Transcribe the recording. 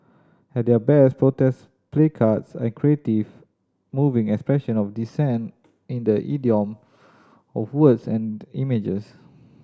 at their best protest placards are creative moving expression of dissent in the idiom of words and images